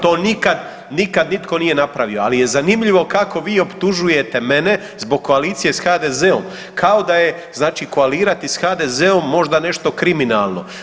To nikad nitko nije napravio, ali je zanimljivo kako vi optužujete mene zbog koalicije s HDZ-om, kao da je znači koalirati s HDZ-om možda nešto kriminalno.